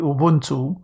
Ubuntu